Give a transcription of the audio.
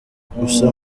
gusa